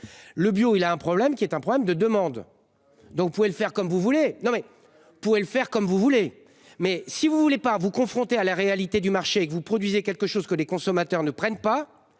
Le bio, il a un problème qui est un problème de demande. Donc vous pouvez le faire comme vous voulez. Non mais pourrait le faire comme vous voulez mais si vous voulez pas vous confronter à la réalité du marché et que vous produisez quelque chose que les consommateurs ne prennent pas.